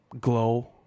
glow